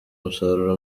umusaruro